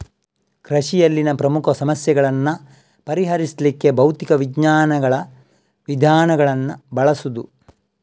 ಕೃಷಿಯಲ್ಲಿನ ಪ್ರಮುಖ ಸಮಸ್ಯೆಗಳನ್ನ ಪರಿಹರಿಸ್ಲಿಕ್ಕೆ ಭೌತಿಕ ವಿಜ್ಞಾನಗಳ ವಿಧಾನಗಳನ್ನ ಬಳಸುದು